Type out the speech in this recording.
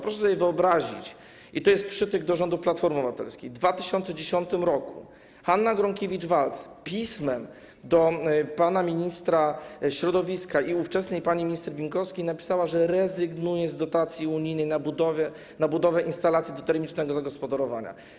Proszę sobie wyobrazić, i to jest przytyk do rządów Platformy Obywatelskiej, że w 2010 r. Hanna Gronkiewicz-Waltz w piśmie do pana ministra środowiska i ówczesnej pani minister Bieńkowskiej napisała, że rezygnuje z dotacji unijnej na budowę instalacji do termicznego zagospodarowania.